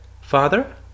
Father